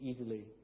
easily